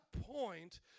point